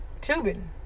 tubing